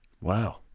Wow